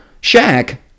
Shaq